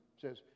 Says